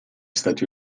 stati